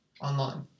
Online